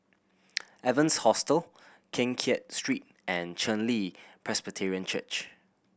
Evans Hostel Keng Kiat Street and Chen Li Presbyterian Church